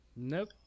nope